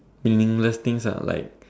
meaningless things ah like